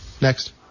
Next